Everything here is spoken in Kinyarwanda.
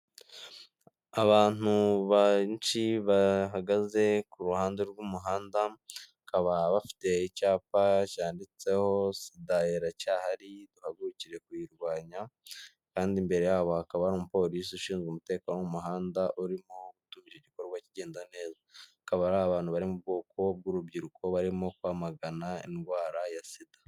Abantu benshi bahagaze ku ruhande rw'umuhanda bakaba bafite icyapa cyanditseho sida iracyahari duhagurukire kuyirwanya kandi imbere yabo hakaba n'umupolisi ushinzwe umutekano mu muhanda urimo gutumira igikorwa kigenda nezaba ari abantu bari mu bwoko bw'urubyiruko barimo kwamagana indwara ya sida.